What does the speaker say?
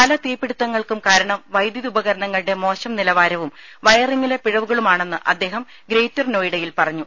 പല തീപിടി ത്തങ്ങൾക്കും കാരണം വൈദ്യുതി ഉപകരണങ്ങളുടെ മോശം നിലവാരവും വയറിം ഗിലെ പിഴവുകളുമാണെന്ന് അദ്ദേഹം ഗ്രേറ്റർ നോയിഡയിൽ പറഞ്ഞു